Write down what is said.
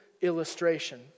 illustration